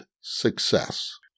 success